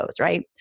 right